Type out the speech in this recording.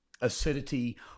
acidity